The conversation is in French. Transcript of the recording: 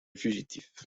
fugitif